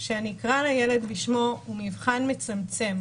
אני אקרא לילד בשמו, הוא מבחן מצמצם.